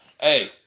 Hey